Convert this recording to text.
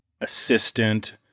assistant